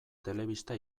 telebista